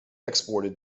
exported